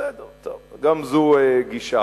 בסדר, טוב, גם זו גישה.